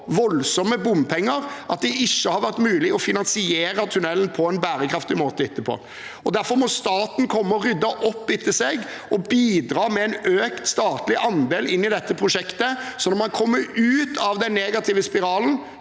voldsomt mye bompenger at det ikke har vært mulig å finansiere tunnelen på en bærekraftig måte etterpå. Derfor må staten komme og rydde opp etter seg og bidra med en økt statlig andel inn i dette prosjektet, sånn at man kommer ut av den negative spiralen